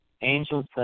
angels